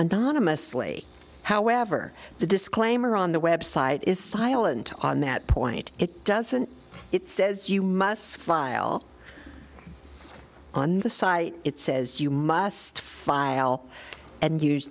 asli however the disclaimer on the website is silent on that point it doesn't it says you must file on the site it says you must file and